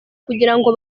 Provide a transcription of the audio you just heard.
kugirango